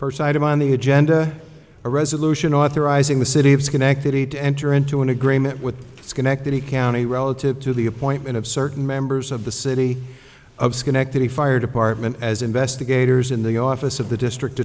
first item on the agenda a resolution authorizing the city of schenectady to enter into an agreement with schenectady county relative to the appointment of certain members of the city of schenectady fire department as investigators in the office of the district